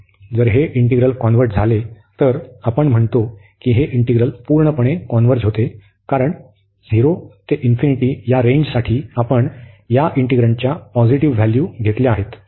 जर हे integral converge झाले तर आपण म्हणतो की हे इंटिग्रल पूर्णपणे कॉन्व्हर्ज होते कारण 0 ते या रेंजसाठी आपण या इंटिग्रॅण्टच्या पॉझिटिव्ह व्हॅल्यू घेतली आहेत